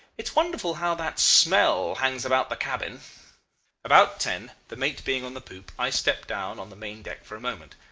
it's wonderful how that smell hangs about the cabin about ten, the mate being on the poop, i stepped down on the main-deck for a moment.